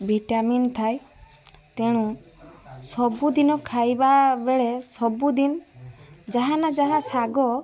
vitamin ଥାଏ ତେଣୁ ସବୁ ଦିନ ଖାଇବା ବେଳେ ସବୁ ଦିନ ଯାହା ନା ଯାହା ଶାଗ